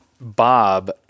Bob